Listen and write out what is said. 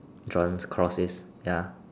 crosses ya